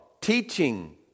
teaching